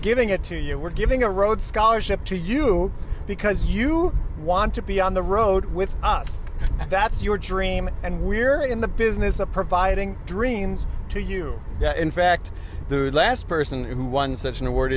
giving it to you we're giving a road scholarship to you because you want to be on the road with us that's your dream and we're in the business of providing dreams to you in fact the last person who won such an award